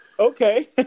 Okay